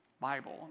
Bible